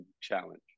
challenge